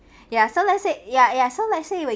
ya so let's say ya ya so let's say you were